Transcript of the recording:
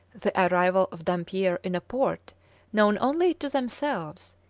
the arrival of dampier in a port known only to themselves,